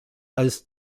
als